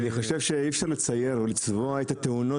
אני חושב שאי אפשר לצייר או לצבוע את התאונות